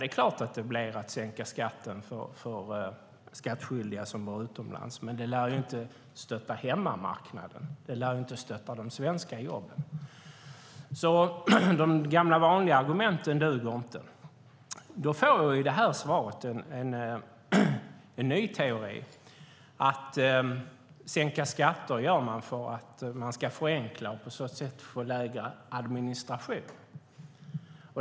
Ja, det är klart att det blir att sänka skatten för skattskyldiga som bor utomlands, men det lär inte stötta hemmamarknaden. Det lär inte stötta de svenska jobben.